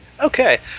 okay